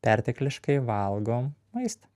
pertekliškai valgom maistą